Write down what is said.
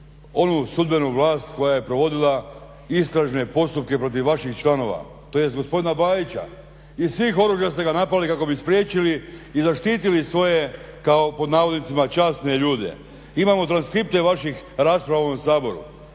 onu sudbenu vlast koja je provodila istražne postupke protiv vaših članova tj. gospodina Bajića. Iz svih oružja ste ga napali kako bi spriječili i zaštitili svoje kao "časne" ljude. Imamo transkripte vaših rasprava u ovom Saboru.